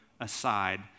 aside